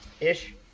ish